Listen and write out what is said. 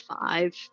Five